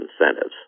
incentives